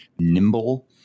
nimble